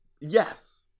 Yes